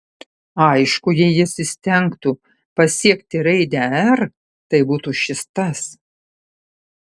aišku jei jis įstengtų pasiekti raidę r tai būtų šis tas